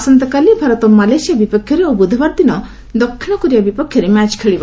ଆସନ୍ତାକାଲି ଭାରତ ମାଲେସିଆ ବିପକ୍ଷରେ ଓ ବୁଧବାର ଦିନ ଦକ୍ଷିଣକୋରିଆ ବିପକ୍ଷରେ ମ୍ୟାଚ ଖେଳିବ